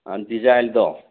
ꯗꯤꯖꯥꯏꯟꯗꯣ